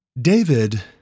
David